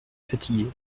fatigué